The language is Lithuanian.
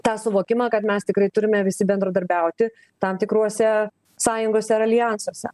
tą suvokimą kad mes tikrai turime visi bendradarbiauti tam tikruose sąjungose ar aljansuose